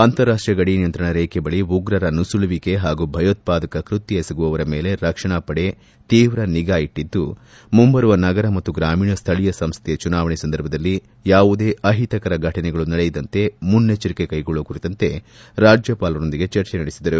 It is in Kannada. ಅಂತಾರಾಷ್ಟೀಯ ಗಡಿ ನಿಯಂತ್ರಣ ರೇಖೆ ಬಳಿ ಉಗ್ರರ ನುಸುಳುವಿಕೆ ಹಾಗೂ ಭಯೋತ್ವಾದಕ ಕೃತ್ಯ ಎಸಗುವವರ ಮೇಲೆ ರಕ್ಷಣಾ ಪಡೆ ತೀವ್ರ ನಿಗಾ ಇಟ್ಟಿದ್ದು ಮುಂಬರುವ ನಗರ ಮತ್ತು ಗ್ರಾಮೀಣ ಸ್ಥಳೀಯ ಸಂಸ್ಥೆಯ ಚುನಾವಣೆ ಸಂದರ್ಭದಲ್ಲಿ ಯಾವುದೇ ಅಹಿತಕರ ಫಟನೆಗಳು ನಡೆಯದಂತೆ ಮುನ್ನಚ್ದರಿಕೆ ಕೈಗೊಳ್ಳುವ ಕುರಿತಂತೆ ರಾಜ್ಯಪಾಲರೊಂದಿಗೆ ಚರ್ಚೆ ನಡೆಸಿದರು